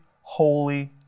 holy